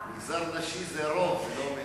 מגזר נשי זה רוב, זה לא מיעוט.